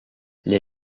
les